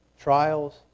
trials